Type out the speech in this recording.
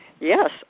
Yes